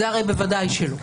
זה הרי ודאי שלא.